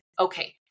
Okay